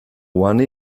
one